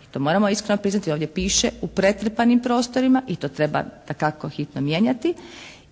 mi to moramo ispravno napisati, ovdje piše u pretrpanim prostorima i to treba dakako hitno mijenjati